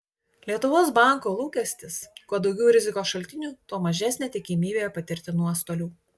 lietuvos banko lūkestis kuo daugiau rizikos šaltinių tuo mažesnė tikimybė patirti nuostolių